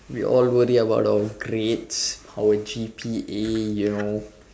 we all worry about our grades our G_P_A you know